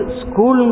school